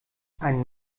ein